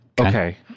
Okay